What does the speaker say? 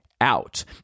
out